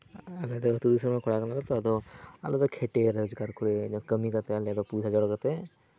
ᱟᱞᱮ ᱫᱚ ᱟᱹᱛᱩ ᱫᱤᱥᱚᱢ ᱨᱮᱱ ᱠᱚᱲᱟ ᱠᱟᱱᱟᱞᱮᱛᱚ ᱟᱫᱚ ᱟᱞᱮ ᱫᱚ ᱠᱷᱮᱴᱮ ᱨᱚᱡᱽᱜᱟᱨ ᱠᱚᱨᱮ ᱠᱟᱹᱢᱤ ᱠᱟᱛᱮ ᱟᱞᱮ ᱫᱚ ᱯᱩᱭᱥᱟᱹ ᱡᱳᱜᱟᱲ ᱠᱟᱛᱮ